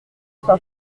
soir